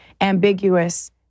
ambiguous